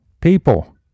people